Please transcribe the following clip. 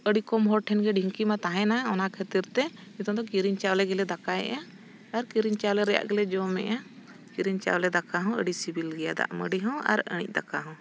ᱟᱹᱰᱤ ᱠᱚᱢ ᱦᱚᱲ ᱴᱷᱮᱱ ᱜᱮ ᱰᱷᱤᱝᱠᱤ ᱢᱟ ᱛᱟᱦᱮᱱᱟ ᱚᱱᱟ ᱠᱷᱟᱹᱛᱤᱨ ᱛᱮ ᱱᱤᱛᱳᱝ ᱫᱚ ᱠᱤᱨᱤᱧ ᱪᱟᱣᱞᱮ ᱜᱮᱞᱮ ᱫᱟᱠᱟᱭᱮᱜᱼᱟ ᱟᱨ ᱠᱤᱨᱤᱧ ᱪᱟᱣᱞᱮ ᱨᱮᱭᱟᱜ ᱜᱮᱞᱮ ᱡᱚᱢᱮᱜᱼᱟ ᱠᱤᱨᱤᱧ ᱪᱟᱣᱞᱮ ᱫᱟᱠᱟ ᱦᱚᱸ ᱟᱹᱰᱤ ᱥᱤᱵᱤᱞ ᱜᱮᱭᱟ ᱫᱟᱜ ᱢᱟᱺᱰᱤ ᱦᱚᱸ ᱟᱨ ᱟᱹᱬᱤᱡ ᱫᱟᱠᱟ ᱦᱚᱸ